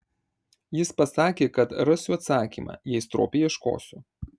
jis pasakė kad rasiu atsakymą jei stropiai ieškosiu